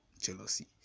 jealousy